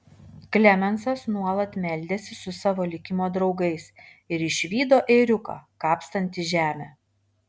klemensas nuolat meldėsi su savo likimo draugais ir išvydo ėriuką kapstantį žemę